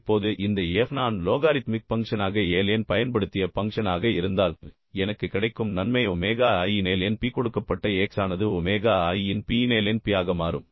இப்போது இந்த f நான் லோகாரித்மிக் பங்க்ஷனாக L n பயன்படுத்திய பங்க்ஷனாக இருந்தால் எனக்கு கிடைக்கும் நன்மை ஒமேகா i இன் L n P கொடுக்கப்பட்ட x ஆனது ஒமேகா i இன் P இன் L n P ஆக மாறும்